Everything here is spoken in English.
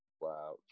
Wow